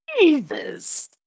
Jesus